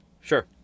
Sure